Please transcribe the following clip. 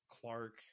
clark